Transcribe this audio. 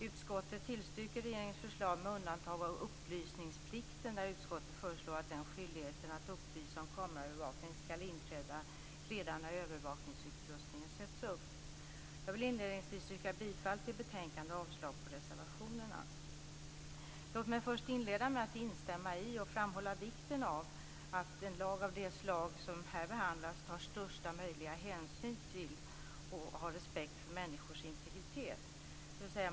Utskottet tillstyrker regeringens förslag med undantag av upplysningsplikten där utskottet föreslår att skyldigheten att upplysa om kameraövervakning skall inträda redan när övervakningsutrustningen sätts upp. Jag vill inledningsvis yrka bifall till hemställan i betänkandet och avslag på reservationerna. Låt mig inleda med att instämma i och framhålla vikten av att en lag av det slag som här behandlas tar största möjliga hänsyn till och har respekt för människors integritet.